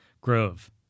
Grove